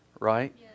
Right